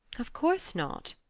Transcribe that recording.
of course not.